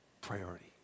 priority